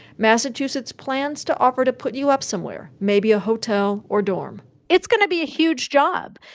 massachusetts plans to offer to put you up somewhere, maybe a hotel or dorm it's going to be a huge job.